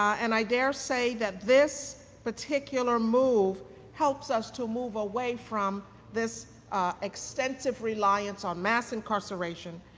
and i dare say that this particular move helps us to move away from this extensive reliance on mass incarceration,